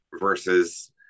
versus